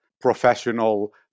professional